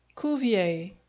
cuvier